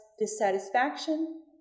dissatisfaction